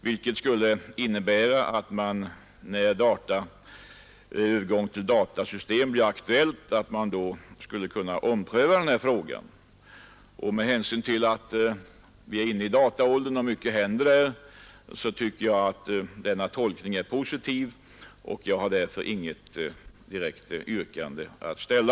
Detta innebär väl, att när en övergång till data blir aktuell — och det händer ju nu mycket på dataområdet — kommer hela denna fråga att omprövas. Jag tackar för utskottets positiva skrivning. Herr talman! Jag har inget direkt yrkande att ställa.